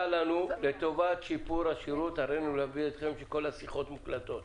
לנו לטובת שיפור השירות: הרינו להודיעכם שכל השיחות מוקלטות.